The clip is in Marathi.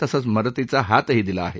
तसंच मदतीचा हातही दिला आहे